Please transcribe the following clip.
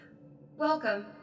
Welcome